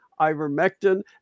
ivermectin